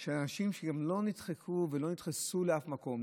של אנשים שגם לא נדחקו ולא נדחסו לאף מקום,